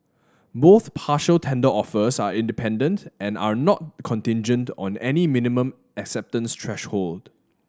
both partial tender offers are independent and are not contingent on any minimum acceptance threshold